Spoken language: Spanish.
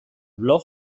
blog